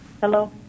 Hello